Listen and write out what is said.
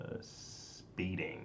Speeding